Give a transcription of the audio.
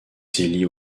zélie